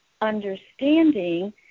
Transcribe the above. understanding